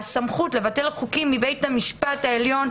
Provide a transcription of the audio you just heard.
הסמכות לבטל חוקים על ידי בית המשפט העליון,